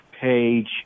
Page